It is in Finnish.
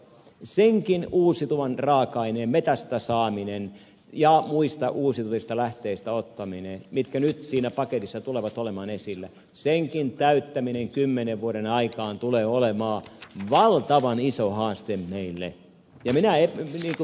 senkin uusiutuvan raaka aineen metsästä saaminen ja muista uusiutuvista lähteistä ottaminen mitkä nyt siinä paketissa tulevat olemaan esillä senkin täyttäminen kymmenen vuoden aikaan tulee olemaan valtavan iso haaste meille neljä i m king hu